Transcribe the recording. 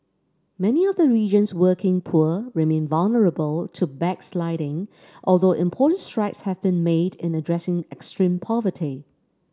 many of the region's working poor remain vulnerable to backsliding although important strides have been made in addressing extreme poverty